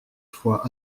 fois